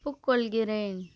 ஒப்புக்கொள்கிறேன்